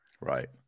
Right